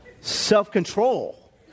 self-control